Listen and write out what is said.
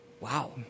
Wow